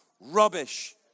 rubbish